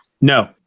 no